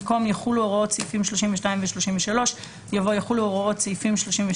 במקום "יחולו הוראות סעיפים 32 ו-33 יבוא "יחולו הוראות סעיפים 32,